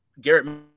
Garrett